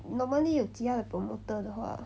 normally 有其他的 promoter 的话